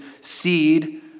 seed